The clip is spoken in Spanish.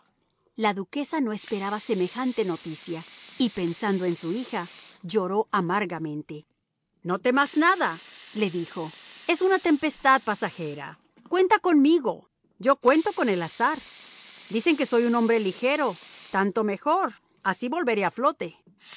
la duquesa no esperaba semejante noticia y pensando en su hija lloró amargamente no temas nada le dijo es una tempestad pasajera cuenta conmigo yo cuento con el azar dicen que soy un hombre ligero tanto mejor así volveré a flote